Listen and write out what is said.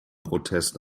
protest